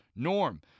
Norm